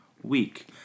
week